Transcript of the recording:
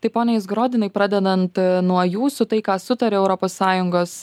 tai pone izgorodinai pradedant nuo jūsų tai ką sutarė europos sąjungos